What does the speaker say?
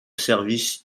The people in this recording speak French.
service